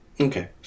okay